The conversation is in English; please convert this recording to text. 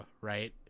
right